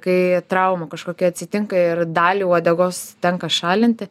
kai trauma kažkokia atsitinka ir dalį uodegos tenka šalinti